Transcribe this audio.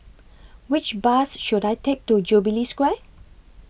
Which Bus should I Take to Jubilee Square